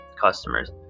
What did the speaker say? customers